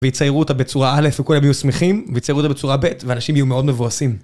ויציירו אותה בצורה א' וכולם יהיו שמחים, ויציירו אותה בצורה ב' ואנשים יהיו מאוד מבואסים.